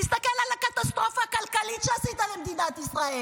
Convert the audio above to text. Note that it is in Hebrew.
תסתכל על הקטסטרופה הכלכלית שעשית למדינת ישראל.